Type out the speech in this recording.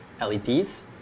LEDs